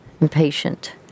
impatient